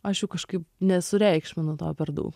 aš jau kažkaip nesureikšminu to per daug